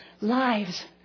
Lives